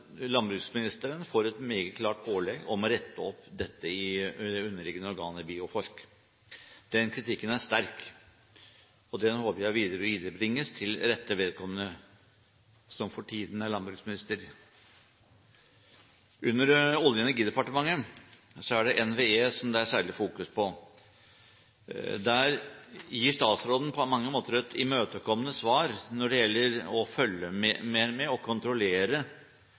landbruksministeren får et meget klart pålegg om å rette opp dette i det underliggende organet Bioforsk. Den kritikken er sterk, og den håper jeg vil viderebringes til rette vedkommende, som for tiden er landbruksminister. Under Olje- og energidepartementet er det særlig fokusert på NVE. Der gir statsråden på mange måter et imøtekommende svar når det gjelder å følge mer med og kontrollere